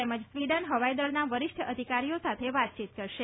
તેમજ સ્વીડન હવાઈ દળના વરિષ્ઠ અધિકારીઓ સાથે વાતચીત કરશે